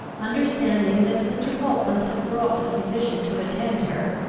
understanding that mr. falkland had brought the physician to attend her,